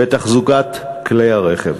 ותחזוקת כלי הרכב.